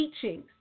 teachings